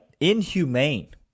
inhumane